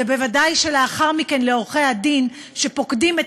וודאי שלאחר מכן לעורכי הדין שפוקדים את